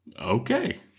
Okay